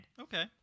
Okay